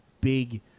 big